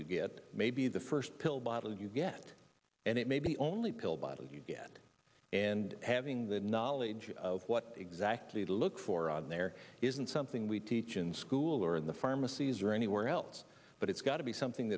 you get may be the first pill bottle you get and it may be only pill bottle you get and having that knowledge of what exactly to look for on there isn't something we teach in school or in the pharmacies or anywhere else but it's got to be something